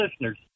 listeners